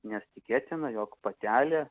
nes tikėtina jog patelė